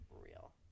real